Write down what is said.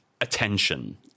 attention